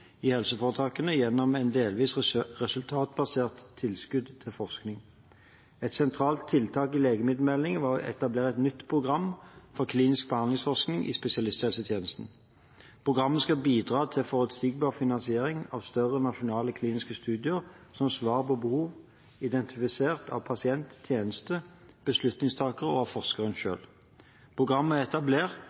i helseforetakene gjennom et delvis resultatbasert tilskudd til forskning. Et sentralt tiltak i legemiddelmeldingen var å etablere et nytt program for klinisk behandlingsforskning i spesialisthelsetjenesten. Programmet skal bidra til forutsigbar finansiering av større nasjonale kliniske studier som svarer på behov identifisert av pasienten, tjenesten, beslutningstakere og forskeren selv. Programmet er etablert,